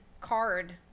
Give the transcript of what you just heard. card